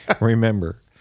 remember